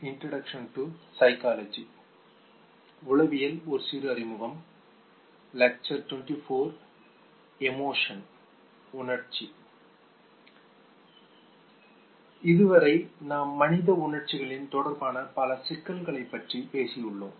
இதுவரை நாம் மனித உணர்ச்சிகள் தொடர்பான பல சிக்கல்களை பற்றி பேசியுள்ளோம்